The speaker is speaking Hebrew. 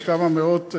יש כמה מאות,